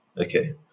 Okay